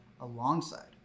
Alongside